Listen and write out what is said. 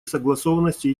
согласованности